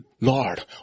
Lord